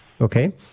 Okay